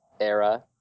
era